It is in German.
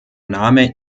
name